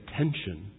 attention